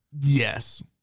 Yes